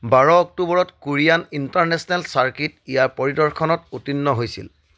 বাৰ অক্টোবৰত Korean international circuit ইয়াৰ পৰিদৰ্শনত উত্তীৰ্ণ হৈছিল